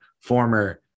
former